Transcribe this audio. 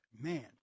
man